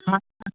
ਹਾ